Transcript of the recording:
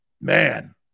man